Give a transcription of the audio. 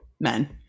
men